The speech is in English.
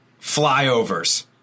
Flyovers